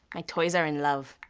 my toys are in love.